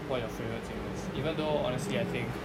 what are your favourite singles even though honestly I think